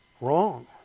wrong